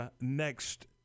next